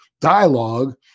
dialogue